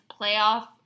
playoff